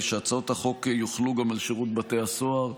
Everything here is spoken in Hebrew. הצעות החוק יוחלו גם על שירות בתי הסוהר.